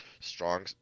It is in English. strong